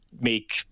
make